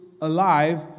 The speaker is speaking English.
alive